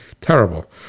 terrible